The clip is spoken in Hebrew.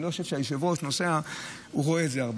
אני לא חושב שכשהיושב-ראש נוסע הוא רואה את זה.